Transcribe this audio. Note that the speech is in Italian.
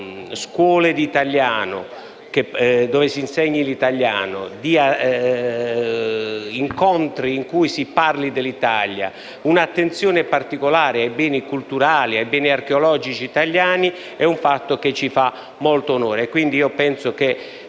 scuole dove si insegni l'italiano e di incontri in cui si parli dell'Italia. L'attenzione particolare ai beni culturali archeologici italiani è un fatto che ci fa molto onore. Penso che,